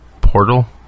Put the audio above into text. portal